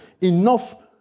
enough